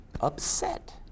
upset